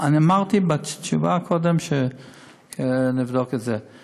אני אמרתי בתשובה קודם שנבדוק את זה.